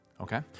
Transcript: Okay